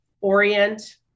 orient